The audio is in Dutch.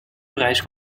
prijs